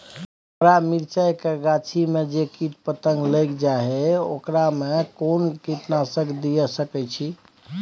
हमरा मिर्चाय के गाछी में जे कीट पतंग लैग जाय है ओकरा में कोन कीटनासक दिय सकै छी?